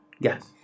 Yes